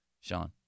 Sean